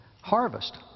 harvest